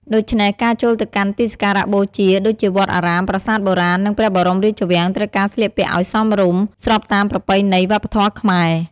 ដូច្នេះ ការចូលទៅកាន់ទីសក្ការៈបូជាដូចជាវត្តអារាម ប្រាសាទបុរាណ និងព្រះបរមរាជវាំង ត្រូវការស្លៀកពាក់អោយសមរម្យ ស្របតាមប្រពៃណីវប្បធម៌ខ្មែរ។